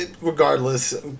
Regardless